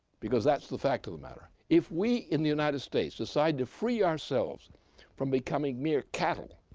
because that's the fact of the matter. if we in the united states decide to free ourselves from becoming mere cattle,